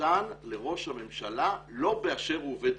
ניתן לראש הממשלה לא באשר הוא עובד ציבור,